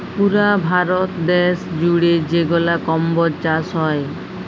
পুরা ভারত দ্যাশ জুইড়ে যেগলা কম্বজ চাষ হ্যয়